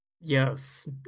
Yes